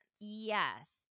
yes